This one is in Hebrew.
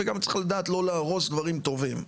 וגם צריך לדעת לא להרוס דברים טובים.